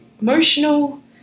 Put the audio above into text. emotional